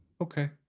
Okay